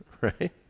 right